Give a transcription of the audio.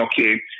okay